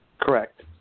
Correct